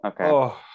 okay